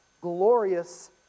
glorious